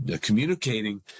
communicating